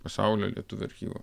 pasaulio lietuvių archyvų